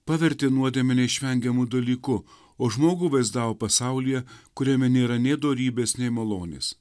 pavertė nuodėmę neišvengiamu dalyku o žmogų vaizdavo pasaulyje kuriame nėra nei dorybės nei malonės